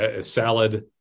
salad